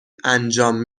انجام